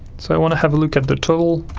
so i want to have a look at the total